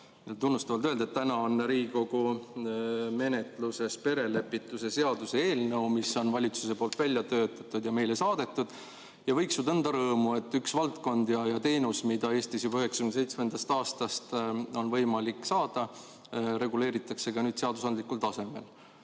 tunnustavalt öelda, et täna on Riigikogu menetluses perelepitusseaduse eelnõu, mis on valitsuse poolt välja töötatud ja meile saadetud. Võiks ju tunda rõõmu, et üks valdkond ja teenus, mida Eestis juba 1997. aastast on võimalik saada, reguleeritakse ka seadusandlikul tasemel.